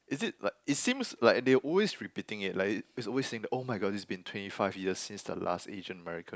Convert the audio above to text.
is it like it seems like they always repeating it like it it's always saying that my god it's been twenty five years since the last Asian American